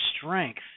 strength